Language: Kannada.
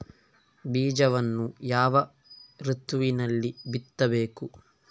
ಬೀಜವನ್ನು ಯಾವ ಋತುವಿನಲ್ಲಿ ಬಿತ್ತಬೇಕು?